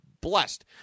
blessed